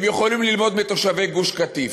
הם יכולים ללמוד מתושבי גוש-קטיף,